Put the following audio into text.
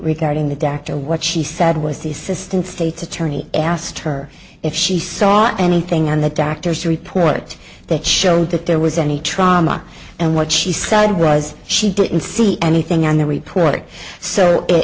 regarding the doctor what she said was the assistant state's attorney asked her if she saw anything on the doctor's report that showed that there was any trauma and what she said was she didn't see anything on the report so it